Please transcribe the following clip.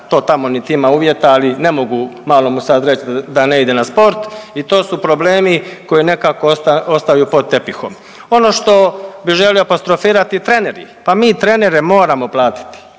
to tamo niti ima uvjeta ali ne mogu malome sad reći da ne ide na sport. I to su problemi koji nekako ostaju pod tepihom. Ono što bih želio apostrofirati, treneri, pa mi trenere moramo platiti.